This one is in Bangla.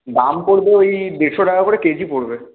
দাম পড়বে ওই দেড়শো টাকা করে কেজি পড়বে